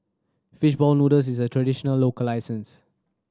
fish ball noodles is a traditional local license